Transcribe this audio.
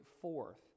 forth